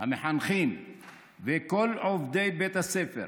המחנכים וכל עובדי בית הספר,